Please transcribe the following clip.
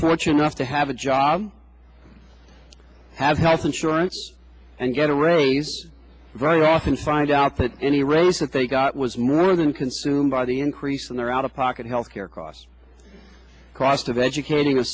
fortunate enough to have a job have health insurance and get a raise right off and find out that any race that they got was more than consumed by the increase in their out of pocket health care costs cost of educating a